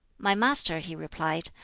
my master, he replied,